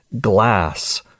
glass